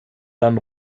dann